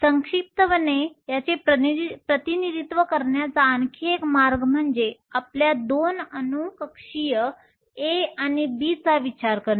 संक्षिप्तपणे याचे प्रतिनिधित्व करण्याचा आणखी एक मार्ग म्हणजे आपल्या 2 अणू कक्षीय A आणि B चा विचार करणे